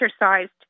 exercised